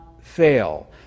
fail